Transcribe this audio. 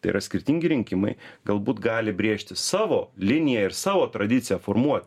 tai yra skirtingi rinkimai galbūt gali brėžti savo liniją ir savo tradiciją formuot